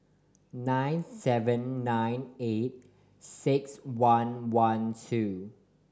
nine seven nine eight six one one two